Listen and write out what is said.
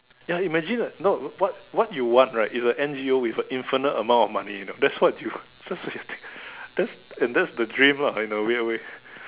ya imagine no what what you want right is a N_G_O with a infinite amount of money you know that's what you that's the thing that's and that's the dream lah in a weird way